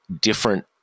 different